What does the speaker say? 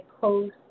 post